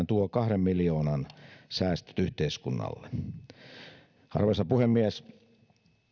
tuo kahden miljoonan säästöt yhteiskunnalle arvoisa puhemies